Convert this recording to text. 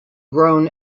grown